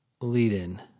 lead-in